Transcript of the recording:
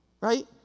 right